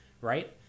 right